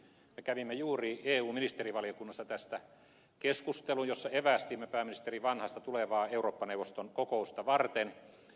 me kävimme juuri eun ministerivaliokunnassa tästä keskustelun jossa evästimme pääministeri vanhasta tulevaa eurooppa neuvoston kokousta varten